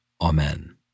Amen